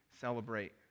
celebrate